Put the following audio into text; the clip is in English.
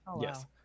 Yes